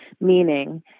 meaning